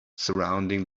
surrounding